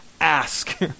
ask